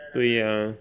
对 ah